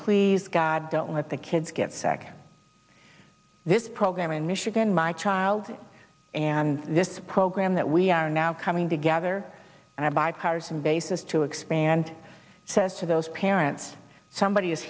please god don't let the kids get sick this program in michigan my child and this program that we are now coming together and i buy cars and bases to expand says to those parents somebody is